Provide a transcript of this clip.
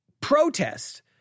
protest